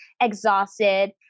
exhausted